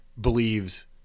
believes